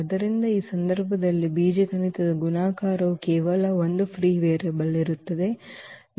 ಆದ್ದರಿಂದ ಈ ಸಂದರ್ಭದಲ್ಲಿ ಬೀಜಗಣಿತದ ಗುಣಾಕಾರವು ಕೇವಲ ಒಂದು ಫ್ರೀ ವೇರಿಯೇಬಲ್ ಇರುತ್ತದೆ ಎಂದು ನಮಗೆ ತಿಳಿದಿದೆ 1